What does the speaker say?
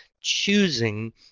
choosing